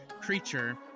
creature